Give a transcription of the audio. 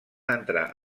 entrar